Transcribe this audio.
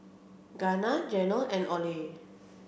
Danna Geno and Oley